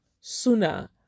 sooner